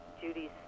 Judy's